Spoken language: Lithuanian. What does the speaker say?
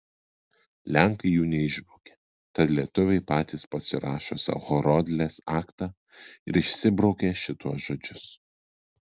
lenkai jų neišbraukė tad lietuviai patys pasirašo sau horodlės aktą ir išsibraukia šituos žodžius